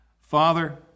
Father